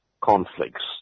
conflicts